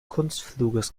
kunstfluges